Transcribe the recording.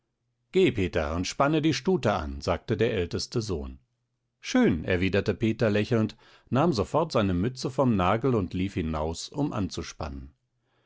geh peter und spanne die stute an sagte der älteste sohn schön erwiderte peter lächelnd nahm sofort seine mütze vom nagel und lief hinaus um anzuspannen